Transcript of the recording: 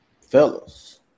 Fellas